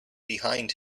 behind